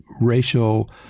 racial